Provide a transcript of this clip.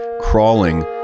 crawling